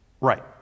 Right